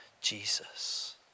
Jesus